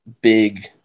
big